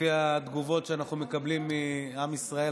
לפי התגובות שאנחנו מקבלים מעם ישראל,